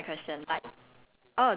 ya but okay